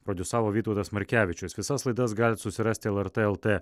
prodisavo vytautas markevičius visas laidas galit susirasti lrt lt